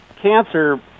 Cancer